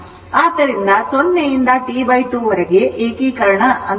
ಆದ್ದರಿಂದ 0 ರಿಂದ T 2 ವರೆಗೆ ಏಕೀಕರಣ ಗೊಳಿಸಬಹುದು